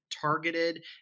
targeted